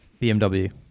bmw